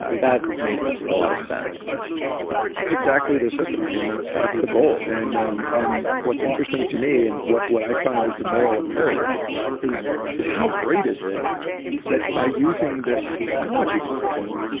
ah that makes a lot of sense that's exactly the system. i mean, that's that's the goal. and um and what's interesting to me and what what i find is a moral imperative is is how great is it that by using this technology platform,